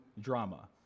drama